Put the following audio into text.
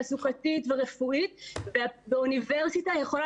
תעסוקתית ורפואית ואוניברסיטה יכולה